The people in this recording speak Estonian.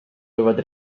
võivad